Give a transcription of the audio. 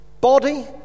body